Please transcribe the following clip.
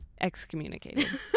Excommunicated